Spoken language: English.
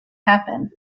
happen